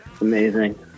Amazing